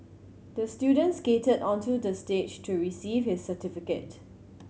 the student skated onto the stage to receive his certificate